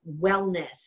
wellness